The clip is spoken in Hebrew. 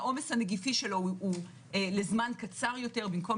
העומס הנגיפי שלו הוא לזמן קצר יותר במקום